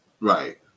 right